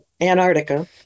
antarctica